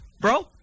bro